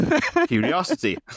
Curiosity